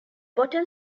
bottom